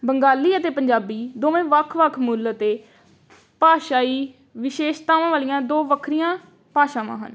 ਬੰਗਾਲੀ ਅਤੇ ਪੰਜਾਬੀ ਦੋਵੇਂ ਵੱਖ ਵੱਖ ਮੂ਼ਲ ਅਤੇ ਭਾਸ਼ਾਈ ਵਿਸ਼ੇਸ਼ਤਾਵਾਂ ਵਾਲੀਆਂ ਦੋ ਵੱਖਰੀਆਂ ਭਾਸ਼ਾਵਾਂ ਹਨ